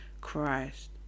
Christ